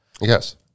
Yes